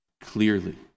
clearly